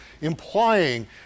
implying